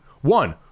one